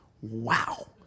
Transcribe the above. Wow